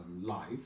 life